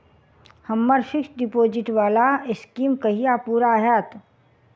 हम्मर fixed deposit वला scheme कहिया पूरा हैत?